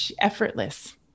effortless